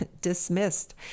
dismissed